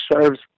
serves